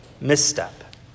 misstep